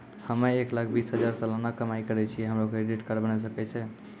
हम्मय एक लाख बीस हजार सलाना कमाई करे छियै, हमरो क्रेडिट कार्ड बने सकय छै?